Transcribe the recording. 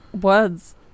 words